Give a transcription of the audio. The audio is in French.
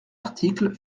article